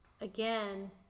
again